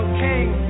king